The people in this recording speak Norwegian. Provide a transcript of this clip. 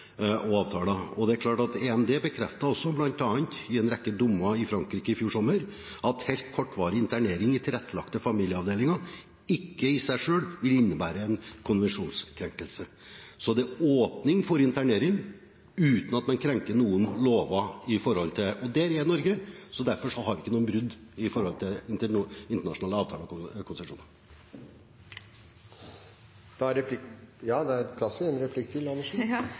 en rekke dommer i Frankrike i fjor sommer, at helt kortvarig internering i tilrettelagte familieavdelinger ikke i seg selv vil innebære en konvensjonskrenkelse. Så det er åpning for internering, uten at det krenker noen lover. Slik er det i Norge. Derfor har vi ikke noen brudd på internasjonale avtaler og konvensjoner. Er det da slik å forstå at statsråden mener at de sakene der barn har sittet mange uker på Trandum, er